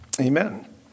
Amen